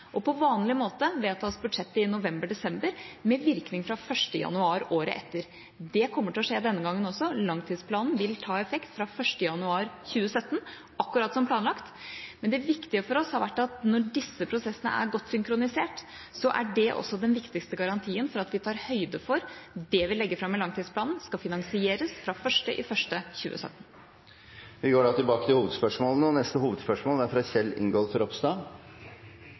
På vanlig måte vedtas budsjettet i november/desember med virkning fra 1. januar året etter. Det kommer til å skje denne gangen også. Langtidsplanen vil ha effekt fra 1. januar 2017, akkurat som planlagt. Det viktige for oss har vært at når disse prosessene er godt synkronisert, er det også den viktigste garantien for at vi tar høyde for at det vi legger fram i langtidsplanen, skal finansieres fra 1. januar 2017. Vi går da til neste hovedspørsmål. Vi skriver mai måned, og tradisjonen tro er